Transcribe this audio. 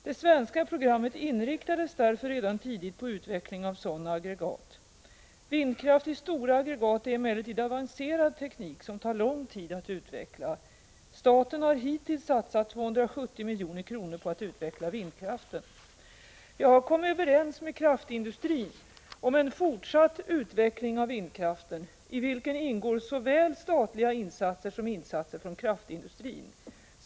Det svenska programmet inriktades därför redan tidigt på utveckling av sådana aggregat. Vindkraft i stora aggregat är emellertid avancerad teknik som tar lång tid att utveckla. Staten har hittills satsat 270 milj.kr. på att utveckla vindkraften. Jag har kommit överens med kraftindustrin om en fortsatt utveckling av vindkraften i vilken ingår såväl statliga insatser som insatser från kraftindustrin.